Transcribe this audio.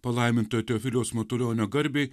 palaimintojo teofiliaus matulionio garbei